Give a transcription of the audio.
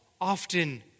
often